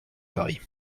paris